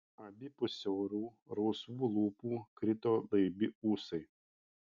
abipus siaurų rausvų lūpų krito laibi ūsai